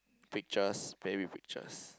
pictures maybe pictures